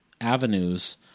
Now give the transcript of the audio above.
avenues